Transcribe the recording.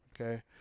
okay